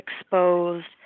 exposed